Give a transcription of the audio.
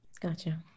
Gotcha